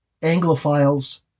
Anglophiles